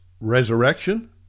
resurrection